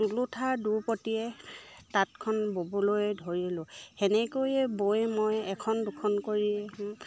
টুলুঠাৰ দুৰপতিয়ে তাঁতখন ববলৈ ধৰিলোঁ সেনেকৈয়ে বৈ মই এখন দুখন কৰি